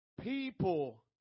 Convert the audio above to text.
People